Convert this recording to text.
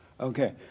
Okay